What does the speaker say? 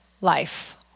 life